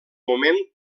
moment